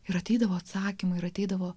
ir ateidavo atsakymą ir ateidavo